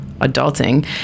adulting